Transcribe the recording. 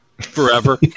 Forever